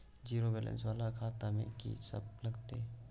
Zero balance वाला खाता में की सब लगतै?